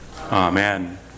Amen